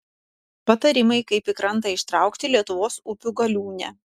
patarimai kaip į krantą ištraukti lietuvos upių galiūnę